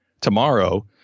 tomorrow